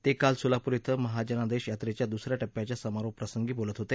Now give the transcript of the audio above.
ते काल सोलापूर ॐ महाजनादेश यात्रेच्या दुस या टप्प्याच्या समारोप प्रसंगी बोलत होते